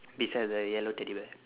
beside the yellow teddy bear